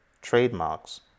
trademarks